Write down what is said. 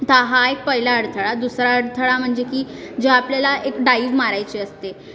तर हा एक पहिला अडथळा दुसरा अडथळा म्हणजे की जेव्हा आपल्याला एक डाईव मारायची असते